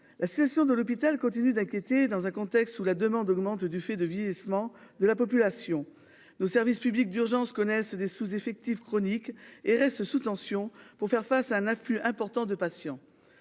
La session de l'hôpital continue d'inquiéter dans un contexte où la demande augmente du fait du vieillissement de la population, nos services publics d'urgence connaissent des sous-effectifs chroniques et reste sous tension pour faire face à un afflux important de patients.